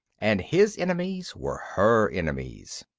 and his enemies were her enemies.